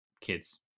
kids